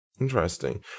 Interesting